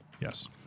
Yes